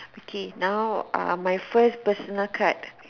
okay now um my first personal card